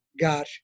got